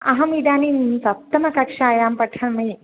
अहम् इदानीं सप्तमकक्षायां पठामि